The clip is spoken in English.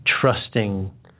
trusting